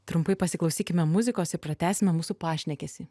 trumpai pasiklausykime muzikos ir pratęsime mūsų pašnekesį